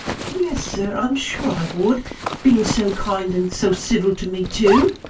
yes, sir, i'm sure i would being so kind and so civil to me, too!